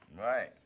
right